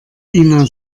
ina